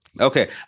Okay